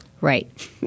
Right